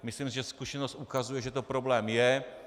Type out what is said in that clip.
Myslím si, že zkušenost ukazuje, že to problém je.